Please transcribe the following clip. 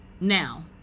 now